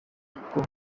uko